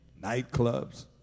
nightclubs